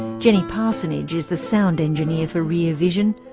jenny parsonage is the sound engineer for rear vision.